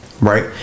right